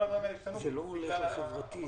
כל הדברים האלה השתנו בגלל המקור של הכסף.